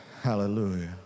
hallelujah